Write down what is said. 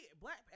black